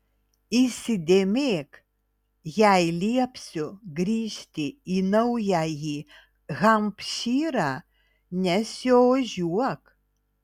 įsidėmėk jei liepsiu grįžti į naująjį hampšyrą nesiožiuok